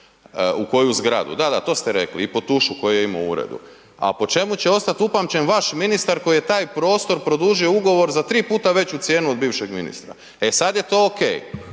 u koju zgradu, da, da, to ste rekli i po tušu koji je imao u uredu, a po čemu ostat upamćen vaš ministar koji je taj prostor produžio ugovor za tri puta veću cijenu od bivšeg ministra? E sad je to ok.